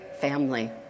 family